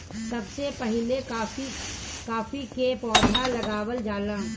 सबसे पहिले काफी के पौधा लगावल जाला